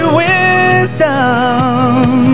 wisdom